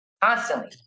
constantly